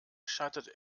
scheitert